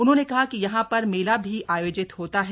उन्होंने कहा कि यहां पर मेला भी आयोजित होता है